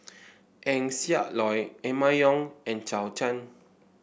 Eng Siak Loy Emma Yong and Zhou Can